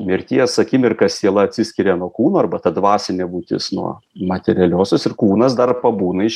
mirties akimirką siela atsiskiria nuo kūno arba ta dvasinė būtis nuo materialiosios ir kūnas dar pabūna iš